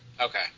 Okay